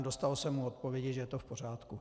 Dostalo se mu odpovědi, že je to v pořádku.